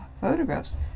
photographs